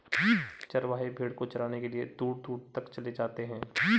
चरवाहे भेड़ को चराने के लिए दूर दूर तक चले जाते हैं